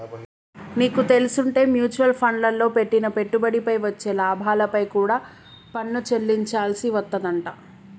నీకు తెల్సుంటే మ్యూచవల్ ఫండ్లల్లో పెట్టిన పెట్టుబడిపై వచ్చే లాభాలపై కూడా పన్ను చెల్లించాల్సి వత్తదంట